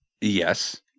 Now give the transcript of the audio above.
Yes